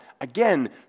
Again